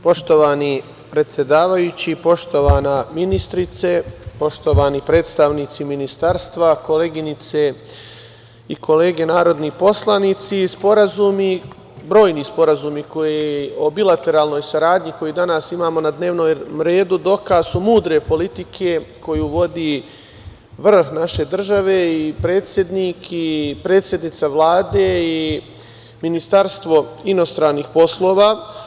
Poštovani predsedavajući, poštovana ministrice, poštovani predstavnici ministarstva, koleginice i kolege narodni poslanici, brojni sporazumi o bilateralnoj saradnji koje danas imamo na dnevnom redu dokaz su mudre politike koju vodi vrh naše države i predsednik i predsednica Vlade i Ministarstvo inostranih poslova.